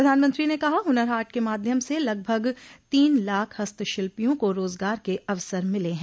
प्रधानमंत्री ने कहा हुनर हाट के माध्यम से लगभग तीन लाख हस्तशिल्पियों को रोजगार के अवसर मिले हैं